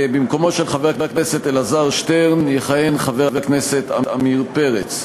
במקומו של חבר הכנסת אלעזר שטרן יכהן חבר הכנסת עמיר פרץ.